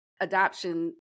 adoption